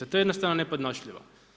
To je jednostavno nepodnošljivo.